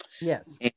Yes